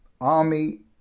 army